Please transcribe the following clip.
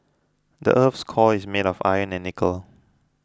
the earth's core is made of iron and nickel